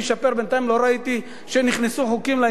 בינתיים לא ראיתי שנכנסו חוקים לעניין הזה.